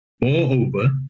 moreover